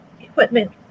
equipment